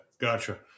gotcha